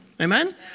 Amen